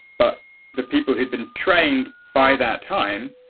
but the people who had been trained by that time,